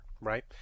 right